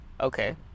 Okay